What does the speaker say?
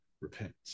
repent